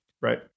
Right